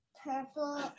purple